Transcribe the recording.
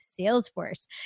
salesforce